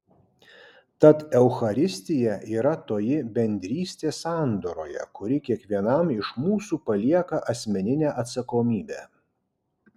tad eucharistija yra toji bendrystė sandoroje kuri kiekvienam iš mūsų palieka asmeninę atsakomybę